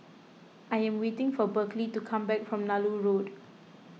I am waiting for Berkley to come back from Nallur Road